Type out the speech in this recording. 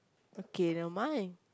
okay never mind